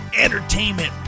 entertainment